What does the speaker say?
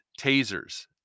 tasers